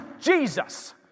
Jesus